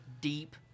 deep